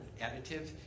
additive